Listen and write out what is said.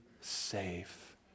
safe